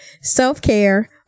self-care